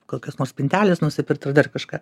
kokias nors spinteles nusipirkt ir dar kažką